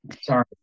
sorry